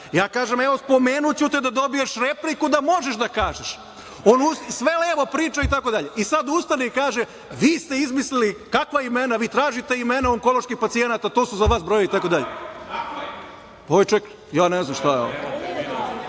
Ja kažem, spomenuću te da dobiješ repliku da možeš da kažeš a on sve levo priča itd. Sad ustane i kaže, vi ste izmislili, kakva imena, vi tražite imena onkoloških pacijenata, to su za vas brojevi itd. Ovaj čovek, ja ne znam šta je ovo,